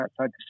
outside